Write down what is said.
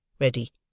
ready